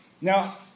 Now